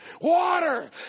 Water